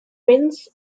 wins